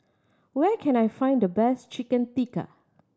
where can I find the best Chicken Tikka